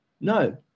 No